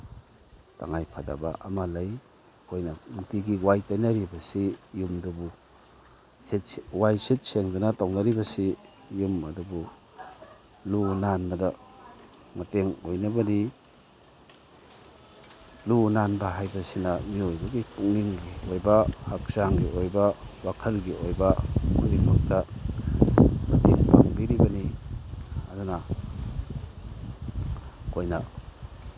ꯇꯉꯥꯏꯐꯗꯕ ꯑꯃ ꯂꯩ ꯑꯩꯈꯣꯏꯅ ꯅꯨꯡꯇꯤꯒꯤ ꯋꯥꯏ ꯇꯩꯅꯔꯤꯕꯁꯤ ꯌꯨꯝꯗꯨꯕꯨ ꯋꯥꯏ ꯁꯤꯠ ꯁꯦꯡꯗꯅ ꯇꯧꯅꯔꯤꯕꯁꯤ ꯌꯨꯝ ꯑꯗꯨꯕꯨ ꯂꯨ ꯅꯥꯟꯕꯗ ꯃꯇꯦꯡ ꯑꯣꯏꯅꯕꯅꯤ ꯂꯨ ꯅꯥꯟ ꯍꯥꯏꯕꯁꯤꯅ ꯃꯤꯑꯣꯏꯕꯒꯤ ꯄꯨꯛꯅꯤꯡꯒꯤ ꯑꯣꯏꯕ ꯍꯛꯆꯥꯡꯒꯤ ꯑꯣꯏꯕ ꯋꯥꯈꯜꯒꯤ ꯑꯣꯏꯕ ꯈꯨꯗꯤꯡꯃꯛꯇ ꯃꯇꯦꯡ ꯄꯥꯡꯕꯤꯔꯤꯕꯅꯤ ꯑꯗꯨꯅ ꯑꯩꯈꯣꯏꯅ